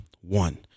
one